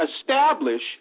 establish